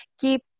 keep